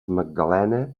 magdalena